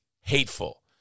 hateful